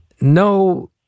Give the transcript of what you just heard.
No